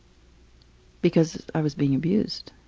because i was being abused.